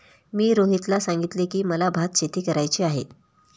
मी रोहितला सांगितले की, मला भातशेती करायची आहे